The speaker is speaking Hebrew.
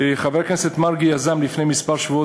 חבר הכנסת מרגי יזם לפני כמה שבועות